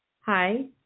Hi